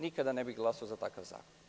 Nikada ne bih glasao za takav zakon.